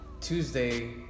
Tuesday